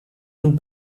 den